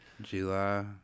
July